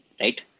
right